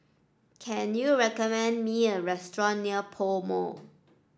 can you recommend me a restaurant near PoMo